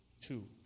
two